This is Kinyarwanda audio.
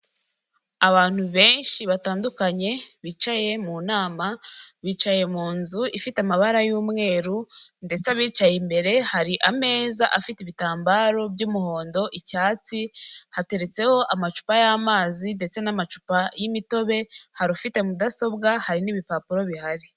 Abantu benshi batandukanye bicaye mu nama bicaye mu nzu ifite amabara y'umweru ndetse bicaye imbere, hari ameza afite ibitambaro by'umuhondo icyatsi hateretseho amacupa y'amazi ndetse n'amacupa y'imitobe, hari ufite mudasobwa hari n'ibipapuro bihari .